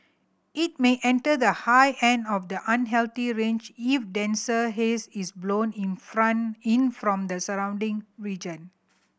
it may enter the high end of the unhealthy range if denser haze is blown in in from the surrounding region